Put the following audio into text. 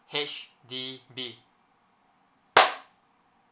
H_D_B